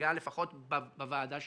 שהונהגה לפחות בוועדה שלי,